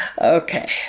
Okay